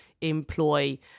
employ